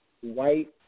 white